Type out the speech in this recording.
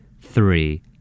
Three